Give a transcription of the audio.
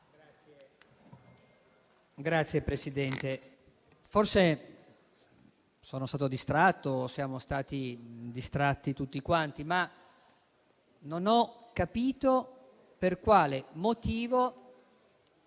Signor Presidente, forse sono stato distratto o siamo stati distratti tutti, ma non ho capito per quale motivo